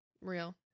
Real